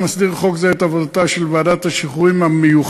בנוסף מסדיר חוק זה את עבודתה של ועדת השחרורים המיוחדת